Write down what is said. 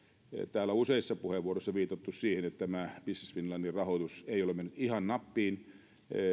täällä useissa puheenvuoroissa on viitattu siihen että tämä business finlandin rahoitus ei ole mennyt ihan nappiin